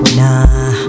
nah